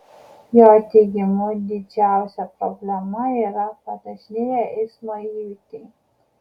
jo teigimu didžiausia problema yra padažnėję eismo įvykiai